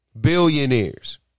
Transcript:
billionaires